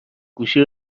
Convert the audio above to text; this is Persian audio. گوشی